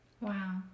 Wow